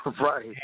Right